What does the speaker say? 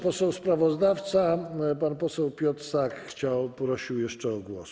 Poseł sprawozdawca, pan poseł Piotr Sak, prosił jeszcze o głos.